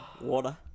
Water